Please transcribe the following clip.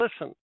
Listen